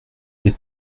des